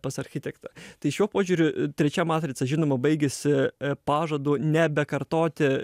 pas architektą tai šiuo požiūriu trečia matrica žinoma baigėsi pažadu nebekartoti